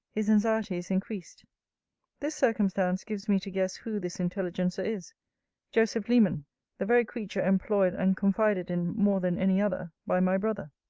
his anxiety is increased this circumstance gives me to guess who this intelligencer is joseph leman the very creature employed and confided in, more than any other, by my brother.